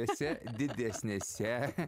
vėse didesnėse